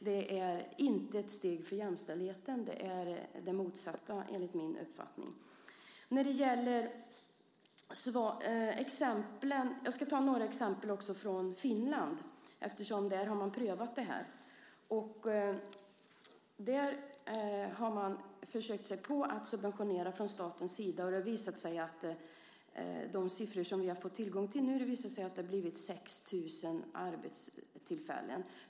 Det är inte ett steg för jämställdheten, utan det är det motsatta, enligt min uppfattning. Jag ska ta några exempel från Finland, där man har prövat det här. Där har man från statens sida försökt subventionera, och de siffror som vi har fått tillgång till visar att det har blivit 6 000 arbetstillfällen.